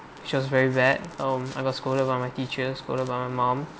she was very bad um I was scolded by my teachers scolded by my mum